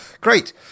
great